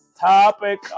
topic